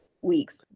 weeks